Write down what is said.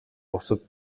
бусад